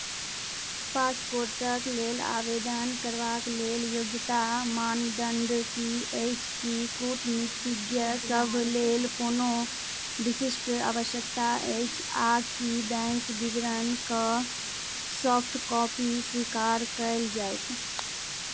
पासपोर्टक लेल आवेदन करबाक लेल योग्यता मानदण्ड की अछि की कूटनीतिज्ञसभ लेल कोनो विशिष्ट आवश्यकता अछि आ की बैंक विवरणके सॉफ्ट कॉपी स्वीकार कयल जायत